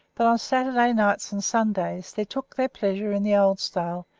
but on saturday nights and sundays they took their pleasure in the old style,